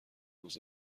روز